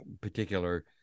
particular